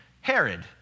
Herod